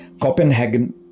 Copenhagen